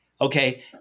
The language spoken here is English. okay